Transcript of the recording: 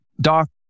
Doc